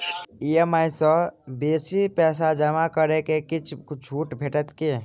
EMI सँ बेसी पैसा जमा करै सँ किछ छुट भेटत की?